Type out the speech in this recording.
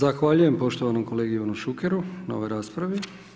Zahvaljujem poštovanom kolegi Ivanu Šukeru na ovoj raspravi.